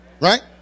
Right